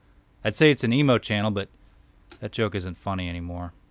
i'd say it's an emo channel, but that joke isn't funny anymore.